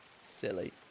Silly